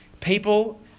people